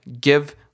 give